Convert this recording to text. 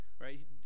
right